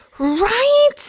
Right